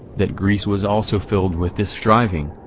that greece was also filled with this striving,